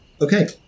Okay